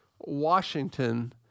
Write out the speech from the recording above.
Washington